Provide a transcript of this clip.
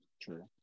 True